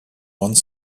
one